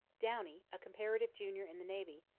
downie, a comparative junior in the navy,